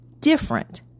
different